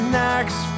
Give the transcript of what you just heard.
next